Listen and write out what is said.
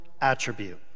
attribute